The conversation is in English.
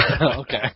Okay